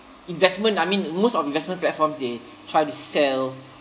investment I mean most of investment platforms they try to sell